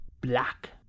black